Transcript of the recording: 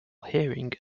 hearing